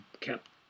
kept